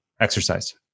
exercise